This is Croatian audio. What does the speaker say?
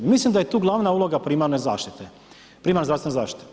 Mislim da je tu glavna uloga primarne zdravstvene zaštite.